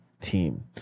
team